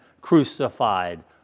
crucified